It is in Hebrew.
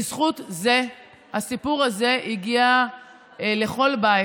בזכות זה הסיפור הזה הגיע לכל בית,